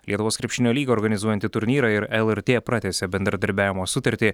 lietuvos krepšinio lyga organizuojanti turnyrą ir lrt pratęsė bendradarbiavimo sutartį